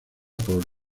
por